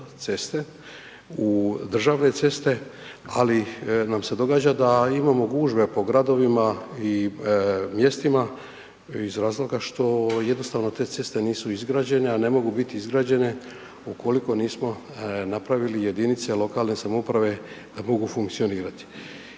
autoceste, u državne ceste ali nam se događa da imamo gužve po gradovima i mjestima iz razloga što jednostavno te ceste nisu izgrađene a ne mogu biti izgrađene ukoliko nismo napravili jedinice lokalne samouprave da mogu funkcionirati.